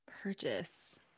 Purchase